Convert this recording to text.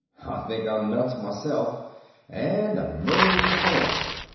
think i'm nuts myself and a murderer forever.